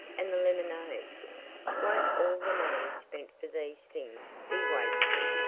and the lemonade won't all the money spent for these things be wasted?